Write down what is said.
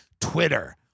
Twitter